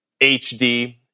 HD